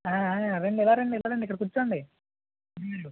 రండి రారండి రారండి ఇక్కడ కూర్చోండి